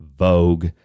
Vogue